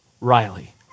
Riley